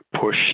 push